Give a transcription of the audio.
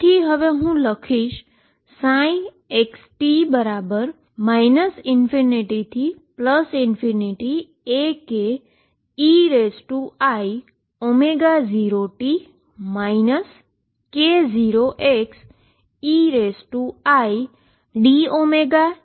તેથી હવે હું લખીશ xt બરાબર ∞Akei0t k0xeidωdkk0k kxdk